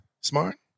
Smart